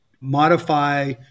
modify